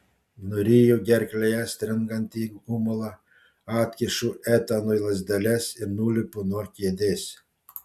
nuryju gerklėje stringantį gumulą atkišu etanui lazdeles ir nulipu nuo kėdės